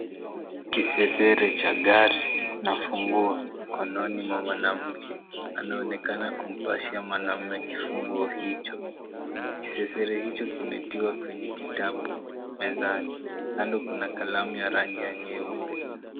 Kisesere cha gari na funguo. Mkononi mwa mwanamke. Anaonekana kumpashia mwanamume kifunguo hicho. Kisesere hicho kimetiwa kwenye kitabu mezani. Kando kuna kalamu ya rangi ya nyeupe.